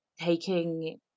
taking